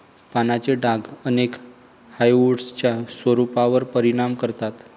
पानांचे डाग अनेक हार्डवुड्सच्या स्वरूपावर परिणाम करतात